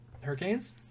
Hurricanes